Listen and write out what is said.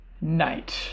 night